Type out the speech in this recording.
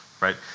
right